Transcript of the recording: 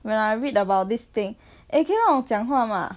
when I read about this thing eh 可以让我讲话吗